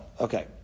Okay